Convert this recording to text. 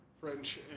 French